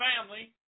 family